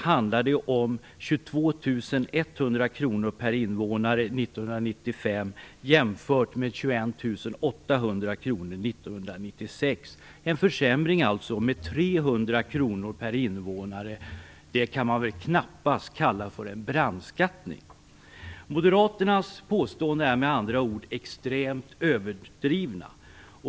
För att ta ett exempel, handlar det för Danderyds del om 22 100 alltså en försämring med 300 kr per invånare. Det kan man väl knappast kalla för en brandskattning. Moderaternas påståenden är med andra ord extremt överdrivna.